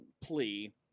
plea